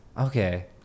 Okay